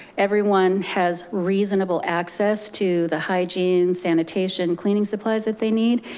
everyone has reasonable access to the hygiene, sanitation, cleaning supplies that they need,